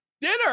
dinner